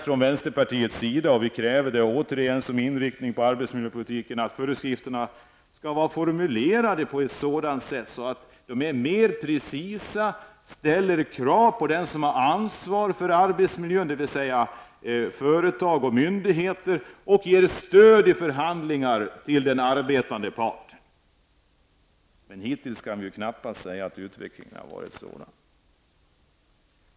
Från vänsterpartiet har vi sagt och krävde återigen som inriktning för arbetsmiljöpolitiken att föreskrifterna skall vara formulerade på ett sådant sätt att de är mer precisa, ställer krav på den som har ansvar för arbetsmiljön -- dvs. företag och myndigheter -- och ger stöd i förhandlingar till den arbetande parten. Man kan knappast säga att utvecklingen har gått i den riktningen.